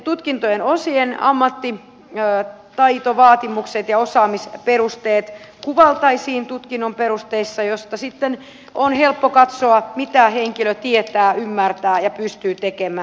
tutkintojen osien ammattitaitovaatimukset ja osaamisperusteet kuvattaisiin tutkinnon perusteissa joista sitten on helppo katsoa mitä henkilö tietää ymmärtää ja pystyy tekemään